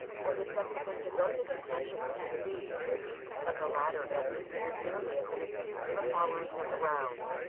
or his subsequent devoted attentions to louise but the latter beth considered merely as an excuse for following them around.